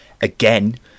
again